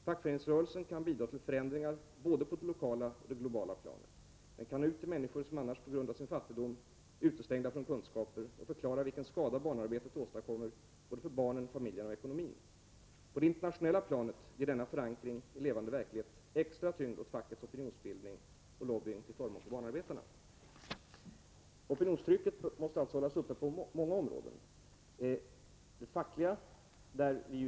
Fackföreningsrörelsen kan bidra till förändringar både på det lokala och det globala planet. Den kan nå ut till människor, som annars på grund av sin fattigdom är utestängda från kunskaper, och förklara vilken skada barnarbetet åstadkommer både för barnen, familjerna och ekonomin. På det internationella planet ger denna förankring i levande verklighet extra tyngd åt fackets opinionsbildning och lobbying till förmån för barnarbetarna.” Opinionstrycket måste alltså hållas uppe på många områden, t.ex. på det fackliga området.